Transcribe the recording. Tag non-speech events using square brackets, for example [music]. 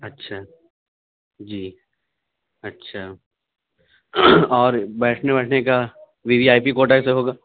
اچھا جی اچھا اور بیٹھنے ویٹھنے کا وی آئی پی [unintelligible] سے ہوگا